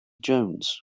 jones